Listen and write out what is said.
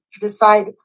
decide